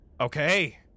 okay